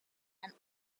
and